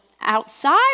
outside